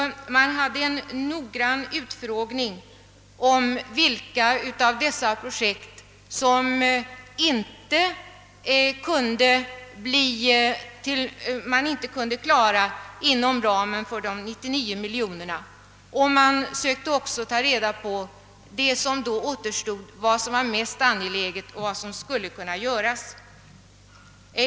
Man företog en noggrann utfrågning om vilka av dessa projekt som inte kunde klaras inom ramen för de 99 miljonerna, och man sökte få reda på vad som var mest angeläget och vad som skulle kunna göras.